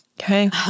okay